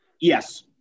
Yes